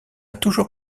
toujours